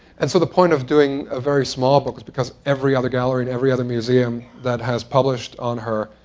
and so the point of doing a very small book was because every other gallery and every other museum that has published on her,